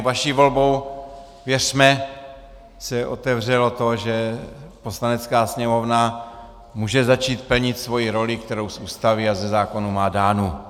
Vaší volbou, věřme, se otevřelo to, že Poslanecká sněmovna může začít plnit svoji roli, kterou z Ústavy a ze zákona má dánu.